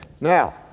now